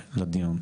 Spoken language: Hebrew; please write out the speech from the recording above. לדיון,